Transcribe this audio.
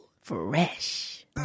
fresh